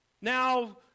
Now